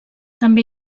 també